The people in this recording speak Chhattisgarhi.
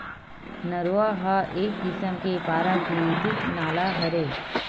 नरूवा ह एक किसम के पराकिरितिक नाला हरय